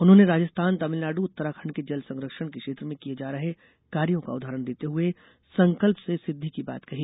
उन्होंने राजस्थान तमिलनाडु उत्तराखंड के जल संरक्षण के क्षेत्र में किये जा रहे कार्यों का उदाहरण देते हुए संकल्प से सिद्वी की बात कही